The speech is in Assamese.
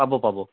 পাব পাব